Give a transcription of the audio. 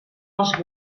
els